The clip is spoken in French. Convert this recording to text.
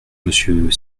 monsieur